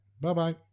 Bye-bye